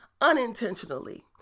unintentionally